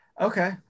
Okay